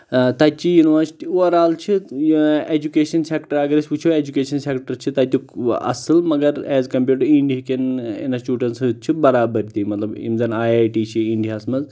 تتۍ چہِ university overall چھِ education sector اگر أسۍ وٕچھو ایٚجُکیشن سیٚکٹر چھُ تتُیُک اصٕل مگر ایز کمپیٲڑ ٹُہ اِنڈیٖہکٮ۪ن اِنسٹِچوٹن سۭتۍ چھُ برابردی مطلب یِم زَن آی آی ٹی چھِ انٛڈیا ہس منٛز